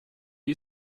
you